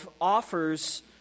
offers